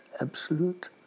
absolute